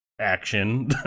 action